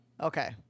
Okay